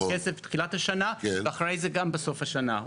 כסף בתחילת השנה ואחרי זה גם בסוף השנה,